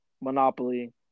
Monopoly